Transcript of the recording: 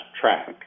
track